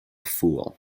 fool